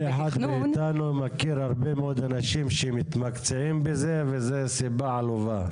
כל אחד מאתנו מכיר הרבה מאוד אנשים שמתמקצעים בזה וזו סיבה עלובה.